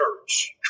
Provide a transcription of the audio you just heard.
church